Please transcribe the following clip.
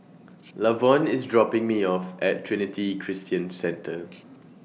Lavon IS dropping Me off At Trinity Christian Centre